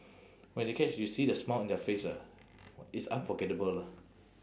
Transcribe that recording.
when they catch you see the smile in their face ah it's unforgettable lah